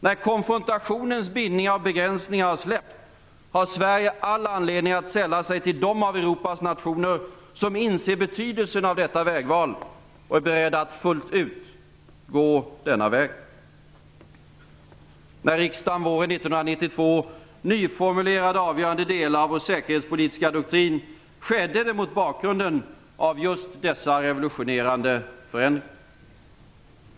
När konfrontationens bindningar och begränsningar har släppt har Sverige all anledning att sälla sig till de av Europas nationer som inser betydelsen av detta vägval och är beredda att fullt ut gå denna väg. När riksdagen våren 1992 nyformulerade avgörande delar av vår säkerhetspolitiska doktrin skedde det mot bakgrunden av just dessa revolutionerande förändringar.